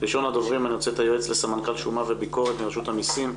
ראשון הדוברים אני רוצה את היועץ לסמנכ"ל שומה וביקורת ברשות המסים,